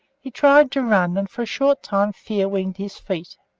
he tried to run, and for a short time fear winged his feet